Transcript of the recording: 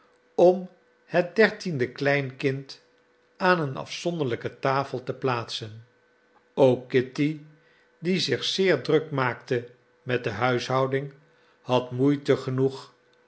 om het dertiende kleinkind aan een afzonderlijke tafel te plaatsen ook kitty die zich zeer druk maakte met de huishouding had moeite genoeg